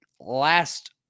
last